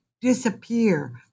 disappear